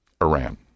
Iran